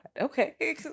Okay